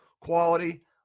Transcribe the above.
quality